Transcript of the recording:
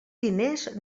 diners